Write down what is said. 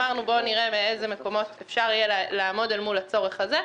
אמרנו נראה מאיזה מקומות אפשר יהיה לקחת לצורך הזה.